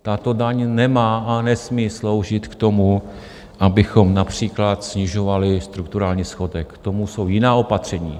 Tato daň nemá a nesmí sloužit k tomu, abychom například snižovali strukturální schodek, k tomu jsou jiná opatření.